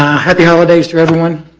happy holidays to everyone,